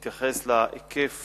מפקח לא יכול, בוודאי לא בהתייחס להיקף